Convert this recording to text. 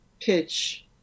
pitch